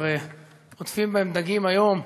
עוטפים בהן דגים היום.